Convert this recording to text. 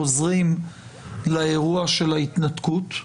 חוזרים לאירוע של ההתנתקות.